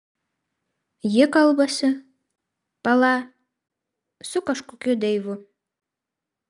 ji kalbasi pala su kažkokiu deivu